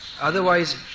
Otherwise